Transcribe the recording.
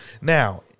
Now